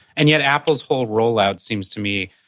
and yet, apple's whole roll out seems to me,